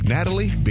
Natalie